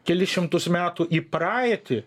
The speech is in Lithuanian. kelis šimtus metų į praeitį